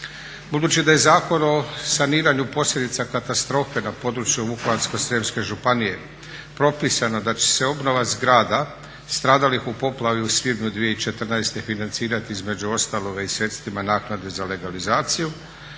Budući da je Zakon o saniranju posljedica katastrofe na području Vukovarsko-srijemske županije propisano da će se obnova zgrada stradalih u poplavi u svibnju 2014. financirati između ostaloga i sredstvima naknade za legalizaciju